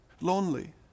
lonely